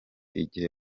igihe